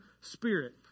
spirit